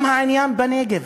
גם העניין בנגב,